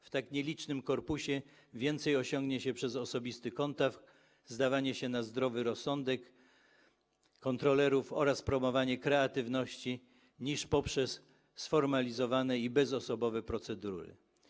W tak nielicznym korpusie więcej osiągnie się poprzez osobisty kontakt, zdawanie się na zdrowy rozsądek kontrolerów oraz promowanie kreatywności niż poprzez sformalizowane i bezosobowe procedury.